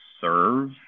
serve